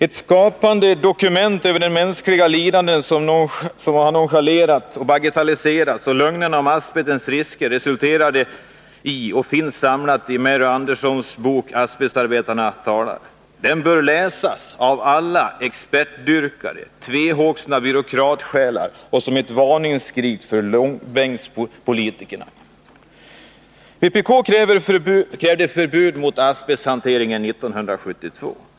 Ett skakande dokument över de mänskliga lidanden som nonchalerandet, bagatelliseringen och lögnerna om asbestens risker resulterade i finns samlat i Mary Anderssons bok Asbestarbetarna berättar. Den bör läsas av alla expertdyrkande, tvehågsna byråkratsjälar, som ett varningsskrik för långbänkspolitiken. Vpk krävde förbud mot asbesthanteringen 1972.